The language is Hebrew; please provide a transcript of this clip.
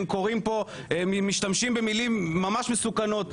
קוראים פה ומשתמשים במילים ממש מסוכנות,